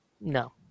no